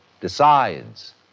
decides